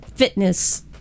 fitness